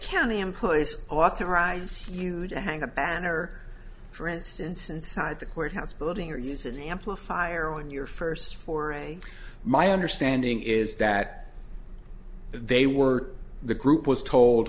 county employees authorize you to hang a banner for instance inside the courthouse building or use an amplifier on your first foray my understanding is that they were the group was told